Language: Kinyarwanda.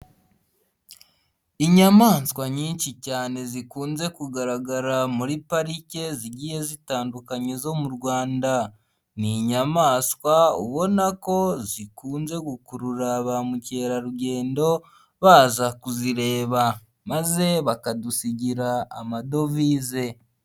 Inyamaswa nyinshi cyane zikunze kugaragara muri parike zigiye zitandukanye zo mu Rwanda ni inyamaswa ubona ko zikunze gukurura ba mukerarugendo baza kuzireba maze bakadusigira amadovize.